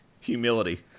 Humility